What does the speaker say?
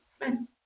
nice